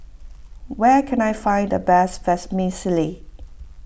where can I find the best Vermicelli